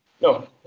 No